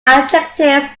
adjectives